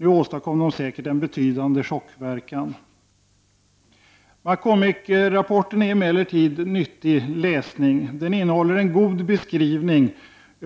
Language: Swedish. Nu åstadkom de säkert en betydande chockverkan. McCormick-rapporten är emellertid nyttig läsning. Den innehåller en god beskrivning